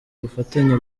bufatanye